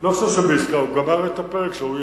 אני לא חושב שבעסקה, הוא גמר את הפרק שלו.